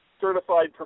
certified